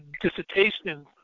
dissertation